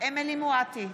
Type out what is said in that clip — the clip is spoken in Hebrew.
אמילי חיה מואטי,